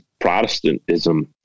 Protestantism